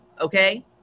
okay